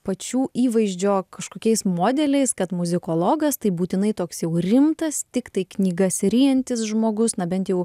pačių įvaizdžio kažkokiais modeliais kad muzikologas tai būtinai toks jau rimtas tiktai knygas ryjantis žmogus na bent jau